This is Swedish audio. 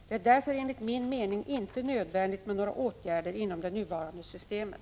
Det är därför enligt min mening inte nödvändigt med några åtgärder inom det nuvarande systemet.